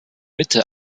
mitte